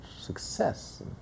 success